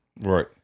Right